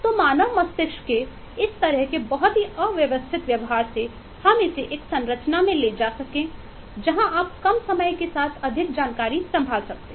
तो मानव मस्तिष्क के इस तरह के बहुत ही अव्यवस्थित व्यवहार से हम इसे एक संरचना में ले जा सकें जहाँ आप कम समय के साथ अधिक जानकारी संभाल सकते हैं